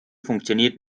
funktioniert